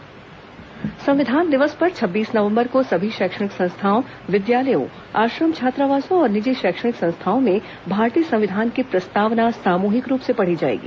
संविधान दिवस संविधान दिवस पर छब्बीस नवंबर को सभी शैक्षणिक संस्थाओं विद्यालयों आश्रम छात्रावासों और निजी शैक्षणिक संस्थाओं में भारतीय संविधान की प्रस्तावना सामूहिक रूप से पढ़ी जाएगी